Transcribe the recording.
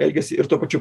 elgesį ir tuo pačiu